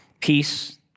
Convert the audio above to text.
peace